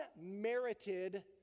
unmerited